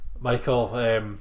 Michael